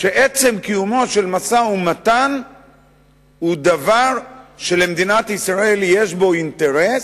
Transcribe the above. שעצם קיומו של משא-ומתן הוא דבר שלמדינת ישראל יש בו אינטרס,